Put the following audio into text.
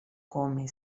come